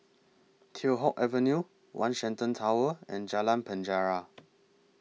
Teow Hock Avenue one Shenton Tower and Jalan Penjara